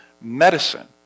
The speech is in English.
medicine